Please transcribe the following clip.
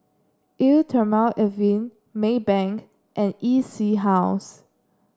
Eau Thermale Avene Maybank and E C House